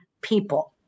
people